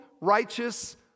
righteous